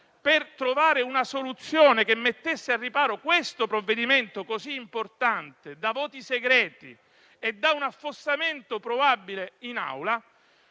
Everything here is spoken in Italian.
per trovare una soluzione che mettesse al riparo questo provvedimento, così importante, da voti segreti e da un affossamento probabile in Aula,